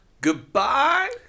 Goodbye